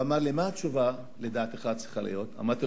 הוא אמר לי: לדעתך, מה צריכה להיות התשובה?